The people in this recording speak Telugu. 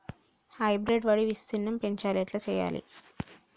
హైబ్రిడ్ వరి విస్తీర్ణం పెంచాలి ఎట్ల చెయ్యాలి?